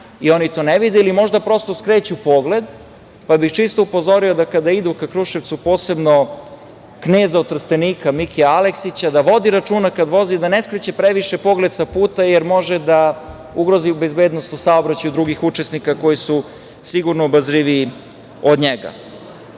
i oni to ne vide ili možda prosto skreću pogled, pa bih čisto upozorio da kada idu ka Kruševcu, posebno od Trstenika Mikija Aleksića, da vodi računa kad vozi, da ne skreće previše pogled sa puta, jer može da ugrozi bezbednost u saobraćaju i druge učesnike koji su sigurno obazriviji od njega. Znači,